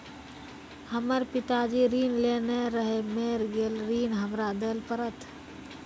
हमर पिताजी ऋण लेने रहे मेर गेल ऋण हमरा देल पड़त?